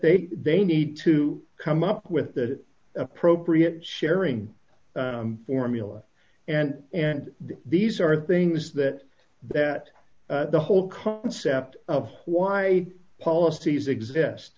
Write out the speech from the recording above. they they need to come up with that appropriate sharing formula and and these are things that that the whole concept of why policies exist